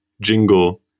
jingle